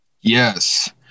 Yes